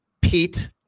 Pete